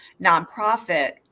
nonprofit